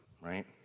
right